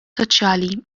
soċjali